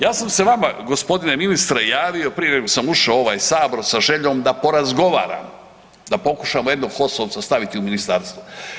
Ja sam se vama gospodine ministre javio prije nego sam ušao u ovaj sabor sa željom da porazgovaramo, da pokušamo jednog HOS-ovca staviti u ministarstvo.